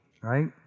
right